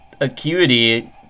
acuity